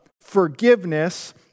forgiveness